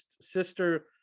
sister